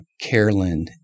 Carolyn